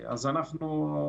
א.